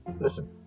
Listen